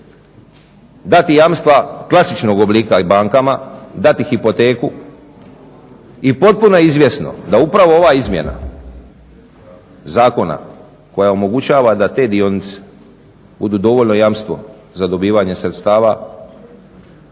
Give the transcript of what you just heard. dati jamstva klasičnog oblika i bankama, dati hipoteku. I potpuno je izvjesno da upravo ova izmjena zakona koja omogućava da te dionice budu dovoljno jamstvo za dobivanje sredstava.